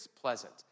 pleasant